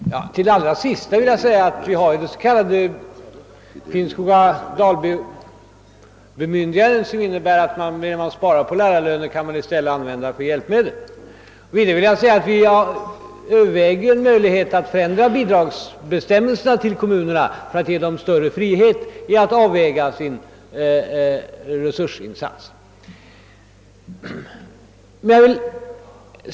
Herr: talman! Till det allra senaste vill jag säga att vi ju har det s.k. Finnskoga-Dalby-bemyndigandet, som innebär att de pengar som sparas in genom : minskad lärartäthet i stället kan användas för hjälpmedel. Vidare överväger ::vi möjligheten att förändra bidragsbestämmelserna : för kommunerna för att ge dessa större frihet att avväga sin resursinsats. Jag vill.